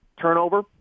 turnover